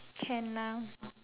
can ah